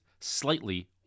slightly